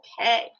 okay